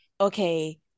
okay